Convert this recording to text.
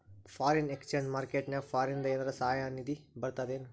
Foreign exchange market ನ್ಯಾಗ ಫಾರಿನಿಂದ ಏನರ ಸಹಾಯ ನಿಧಿ ಬರ್ತದೇನು?